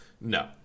no